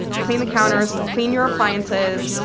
clean the counters, clean your appliances,